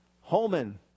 Holman